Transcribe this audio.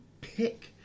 pick